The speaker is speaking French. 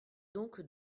donc